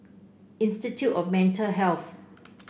Institute of Mental Health